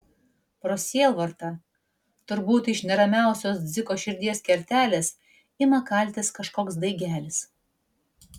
pro sielvartą turbūt iš neramiausios dziko širdies kertelės ima kaltis kažkoks daigelis